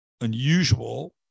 unusual